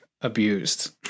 abused